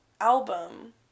album